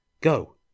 Go